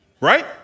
Right